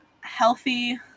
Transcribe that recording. healthy